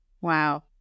Wow